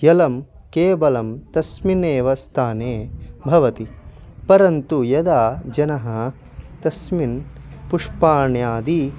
जलं केवलं तस्मिन्नेव स्थाने भवति परन्तु यदा जनाः तस्मिन् पुष्पाण्यादि